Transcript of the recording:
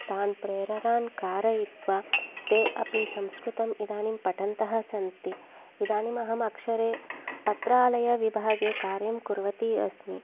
तान् प्रेरणां कारयित्वा ते अपि संस्कृतम् इदानीं पठन्तः सन्ति इदानीम् अहं अक्षरे पत्रालयविभागे कार्यं कुर्वती अस्मि